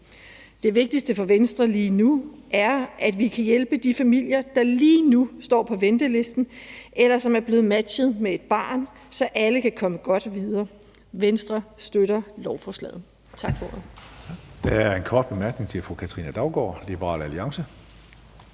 Det vigtigste for Venstre lige nu er, at vi kan hjælpe de familier, som lige nu står på ventelisten, eller som er blevet matchet med et barn, så alle kan komme godt videre. Venstre støtter lovforslaget. Tak for ordet.